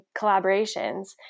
collaborations